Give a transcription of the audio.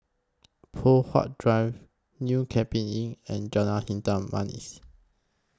Poh Huat Drive New Cape Inn and Jalan Hitam Manis